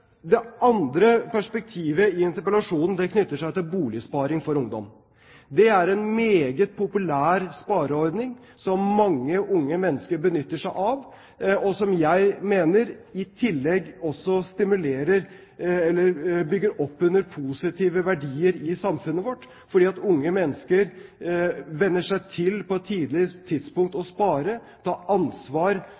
Det andre perspektivet i interpellasjonen knytter seg til Boligsparing for ungdom. Det er en meget populær spareordning som mange unge mennesker benytter seg av, og som jeg mener i tillegg stimulerer og bygger opp under positive verdier i samfunnet vårt, fordi unge mennesker på et tidlig tidspunkt venner seg til å